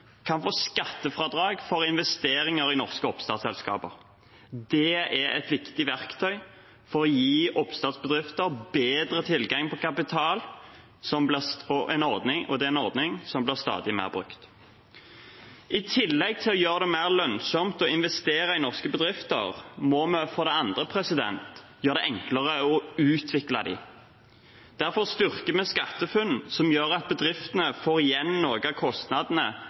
kan få skattefradrag for investeringer i norske oppstartsselskaper. Det er et viktig verktøy for å gi oppstartsbedrifter bedre tilgang på kapital, og det er en ordning som blir stadig mer brukt. I tillegg til å gjøre det mer lønnsomt å investere i norske bedrifter må vi for det andre gjøre det enklere å utvikle dem. Derfor styrker vi SkatteFUNN, som gjør at bedriftene får igjen noen av kostnadene